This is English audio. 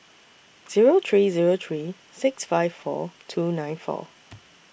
Zero three Zero three six five four two nine four